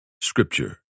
Scripture